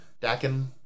Dakin